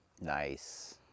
nice